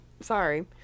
Sorry